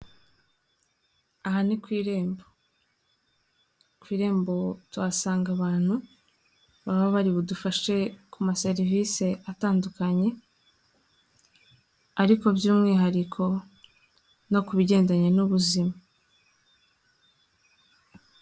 Aha ni ku irembo, ku irembo tuhasanga abantu baba bari budufashe ku maserivise atandukanye ariko by'umwihariko no ku bigendanye n'ubuzima.